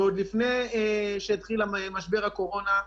עוד לפני שהתחיל משבר הקורונה,